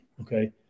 okay